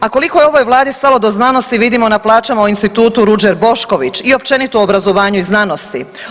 A koliko je ovoj Vladi stalo do znanosti vidimo na plaćama u Institutu Ruđer Bošković i općenito u obrazovanju i znanosti.